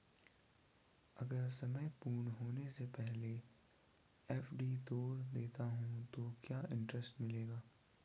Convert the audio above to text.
अगर समय पूर्ण होने से पहले एफ.डी तोड़ देता हूँ तो क्या इंट्रेस्ट मिलेगा?